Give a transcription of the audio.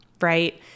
right